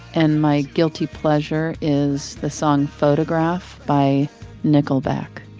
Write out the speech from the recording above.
and my guilty pleasure is the song photograph by nickleback.